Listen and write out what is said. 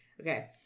Okay